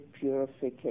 purification